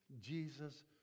Jesus